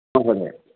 महोदय